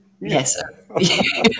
yes